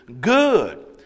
good